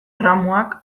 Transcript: erramuak